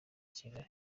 kigali